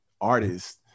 artist